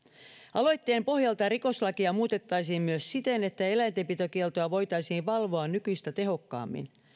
aloitteen pohjalta rikoslakia muutettaisiin myös siten että eläintenpitokieltoa voitaisiin valvoa nykyistä tehokkaammin